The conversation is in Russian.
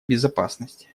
безопасности